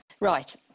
Right